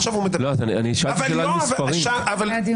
יואב,